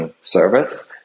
service